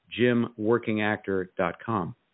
JimWorkingActor.com